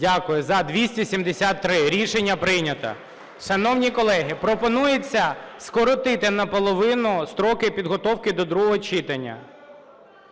Дякую. За – 273. Рішення прийнято. Шановні колеги, пропонується скоротити наполовину строки підготовки до другого читання.